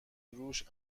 روش